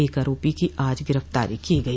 एक आरोपी की आज गिरफ्तारी की गई